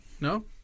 No